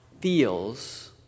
feels